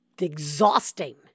exhausting